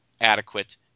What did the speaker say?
adequate